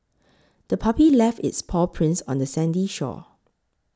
the puppy left its paw prints on the sandy shore